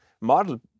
model